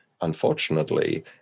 unfortunately